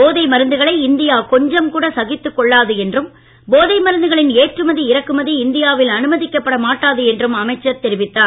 போதை மருந்துகளை இந்தியா கொஞம்கூட சகித்துக்கொள்ளாது என்றும் போதை மருந்துகளின் ஏற்றுமதி இறக்குமதி இந்தியாவில் அனுமதிக்கப்பட மாட்டாது என்றும் அமைச்சர் தெரிவித்தார்